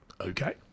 okay